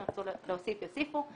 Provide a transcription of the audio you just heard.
ירצו להוסיף יוסיפו,